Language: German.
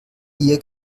ihr